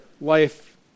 life